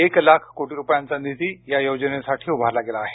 एक लाख कोटी रुपयांचा निधी या योजनेसाठी उभारला गेला आहे